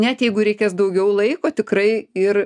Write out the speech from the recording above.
net jeigu ir reikės daugiau laiko tikrai ir